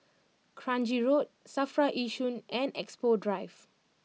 Kranji Road Safra Yishun and Expo Drive